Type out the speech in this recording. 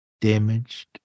damaged